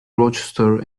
rochester